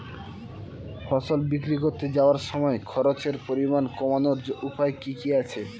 ফসল বিক্রি করতে যাওয়ার সময় খরচের পরিমাণ কমানোর উপায় কি কি আছে?